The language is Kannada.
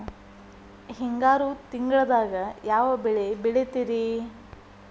ಹಿಂಗಾರು ತಿಂಗಳದಾಗ ಯಾವ ಬೆಳೆ ಬೆಳಿತಿರಿ?